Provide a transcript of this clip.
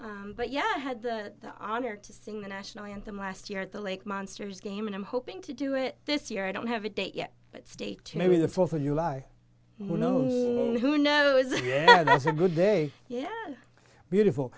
yeah but yeah i had the honor to sing the national anthem last year at the lake monsters game and i'm hoping to do it this year i don't have a date yet but states maybe the fourth of july you know who knows yeah that's a good day yeah beautiful